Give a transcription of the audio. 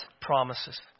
promises